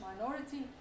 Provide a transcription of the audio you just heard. minority